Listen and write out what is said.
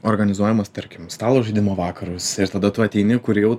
organizuojamas tarkim stalo žaidimų vakarus ir tada tu ateini kur jau